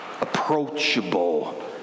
approachable